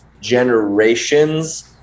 generations